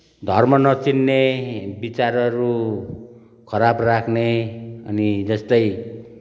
धर्म नचिन्ने विचारहरू खराब राख्ने अनि जस्तै